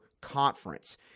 conference